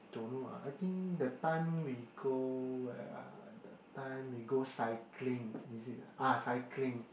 don't know lah I think that time we go where ah that time we go cycling is it ah cycling